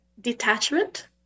detachment